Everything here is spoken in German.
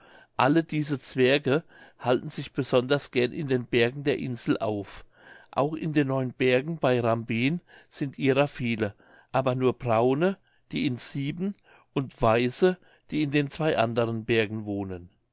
alle diese zwerge halten sich besonders gern in den bergen der insel auf auch in den neun bergen bei rambin sind ihrer viele aber nur braune die in sieben und weiße die in den zwei anderen bergen wohnen